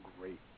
great